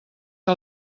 que